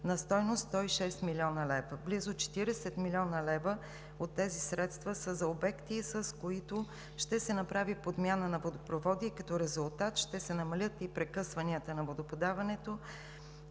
на стойност 106 млн. лв. Близо 40 млн. лв. от тези средства са за обекти, с които ще се направи подмяна на водопроводи и като резултат ще се намалят и прекъсванията на водоподаването